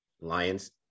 lions